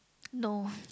no